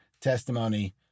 testimony